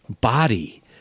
body